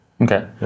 Okay